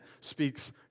speaks